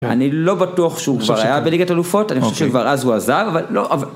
אני לא בטוח שהוא כבר היה בליגת אלופות, אני חושב שכבר אז הוא עזב, אבל לא...